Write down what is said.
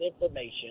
information